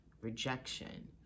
rejection